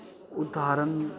ਉਦਾਹਰਨ